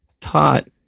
taught